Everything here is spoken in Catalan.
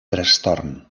trastorn